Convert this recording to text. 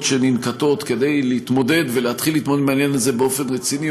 שננקטות כדי להתמודד עם העניין הזה באופן רציני,